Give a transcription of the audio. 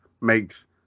makes